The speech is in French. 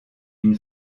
une